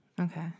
Okay